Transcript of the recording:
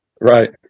Right